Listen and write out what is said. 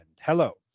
Hello